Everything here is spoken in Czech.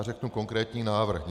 Řeknu konkrétní návrh.